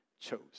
chose